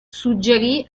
suggerì